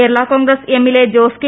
കേരള കോൺഗ്രസ് എ ് ല്ലെ ജോസ് കെ